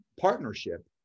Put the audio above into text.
partnership